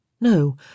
No